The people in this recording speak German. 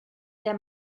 der